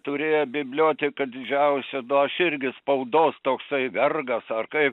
turėjo biblioteką didžiausią nu aš irgi spaudos toksai vergas ar kai